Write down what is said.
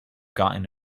gotten